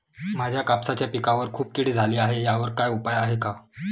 माझ्या कापसाच्या पिकावर खूप कीड झाली आहे यावर काय उपाय आहे का?